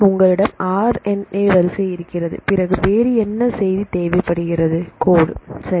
உங்களிடம் R N A வரிசை இருக்கிறது பிறகு வேறு என்ன செய்தி தேவைப்படுகிறது கோடு சரி